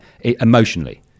emotionally